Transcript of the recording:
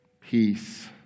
peace